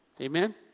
Amen